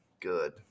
good